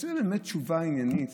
זו באמת תשובה עניינית